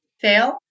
fail